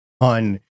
on